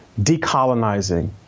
decolonizing